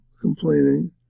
complaining